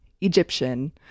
Egyptian